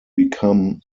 become